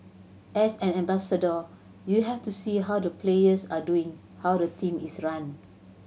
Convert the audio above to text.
as an ambassador you have to see how the players are doing how the team is run